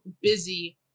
busy